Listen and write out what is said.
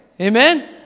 Amen